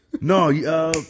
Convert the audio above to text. No